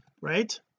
right